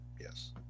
Yes